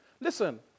Listen